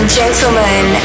gentlemen